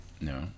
no